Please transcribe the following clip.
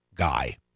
Guy